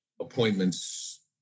appointments